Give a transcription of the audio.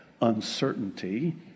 uncertainty